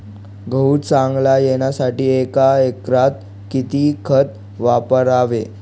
गहू चांगला येण्यासाठी एका एकरात किती खत वापरावे?